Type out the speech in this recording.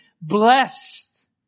blessed